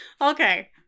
Okay